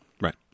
right